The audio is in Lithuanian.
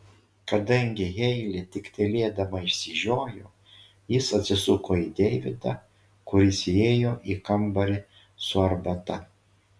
kadangi heilė tik tylėdama išsižiojo jis atsisuko į deividą kuris įėjo į kambarį su arbata